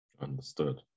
understood